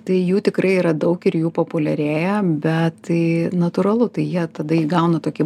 tai jų tikrai yra daug ir jų populiarėja bet tai natūralu tai jie tada įgauna tokį